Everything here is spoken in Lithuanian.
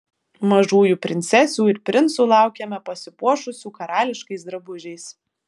mažųjų princesių ir princų laukiame pasipuošusių karališkais drabužiais